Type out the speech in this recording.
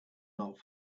not